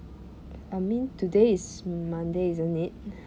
I mean today is monday isn't it